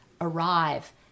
arrive